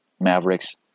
Mavericks